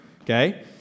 okay